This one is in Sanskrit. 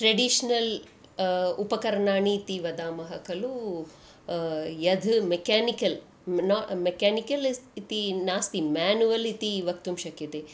ट्रेडिश्नल् उपकरणानीति वदामः खलु यत् मेक्यानिकल् न मेक्यानिकलिस् इति नास्ति म्यानुयल् इति वक्तुं शक्यते